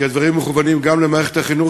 כי הדברים מכוונים גם למערכת החינוך,